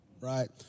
right